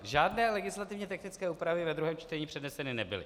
Žádné legislativně technické úpravy ve druhém čtení předneseny nebyly.